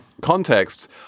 contexts